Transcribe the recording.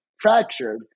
fractured